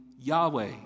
yahweh